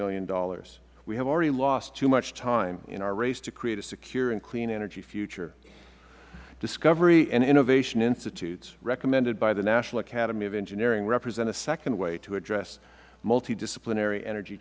million we have already lost too much time in our race to create a secure and clean energy future discovery and innovation institutes recommended by the national academy of engineering represent a second way to address multidisciplinary energy